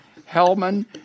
Hellman